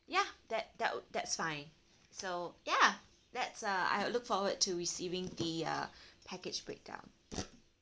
ya that that will that's fine so ya that's uh I look forward to receiving the uh package breakdown